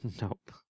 Nope